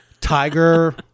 tiger